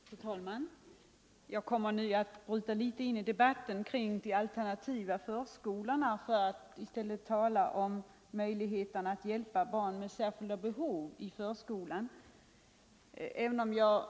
Fru talman! Jag kommer nu att bryta in i debatten kring de alternativa förskolorna för att i stället tala om möjligheterna att hjälpa barn med särskilda behov i förskolan.